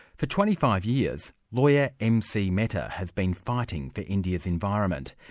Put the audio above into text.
for twenty five years lawyer mc mehta has been fighting for india's environment.